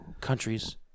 Countries